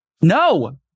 No